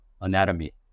anatomy